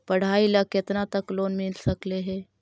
पढाई ल केतना तक लोन मिल सकले हे?